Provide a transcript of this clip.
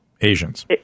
Asians